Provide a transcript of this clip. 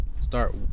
start